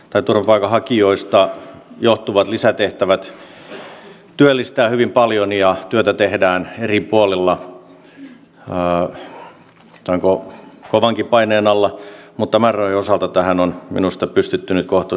tietenkin turvapaikanhakijoista johtuvat lisätehtävät työllistävät hyvin paljon ja työtä tehdään eri puolilla sanotaanko kovankin paineen alla mutta määrärahojen osalta tähän on minusta pystytty nyt kohtuullisesti vastaamaan